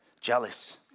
jealous